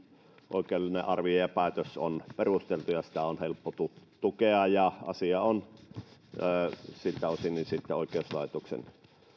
oikeudellinen arvio ja ja päätös on perusteltu ja sitä on helppo tukea tukea ja asia on siltä osin sitten oikeuslaitoksen